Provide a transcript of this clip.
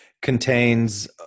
contains